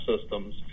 systems